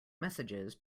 messages